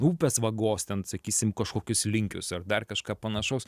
upės vagos ten sakysim kažkokius linkius ar dar kažką panašaus